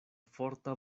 forta